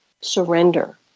surrender